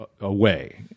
away